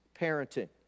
parenting